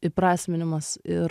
įprasminimas ir